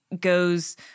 goes